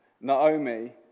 Naomi